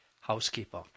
housekeeper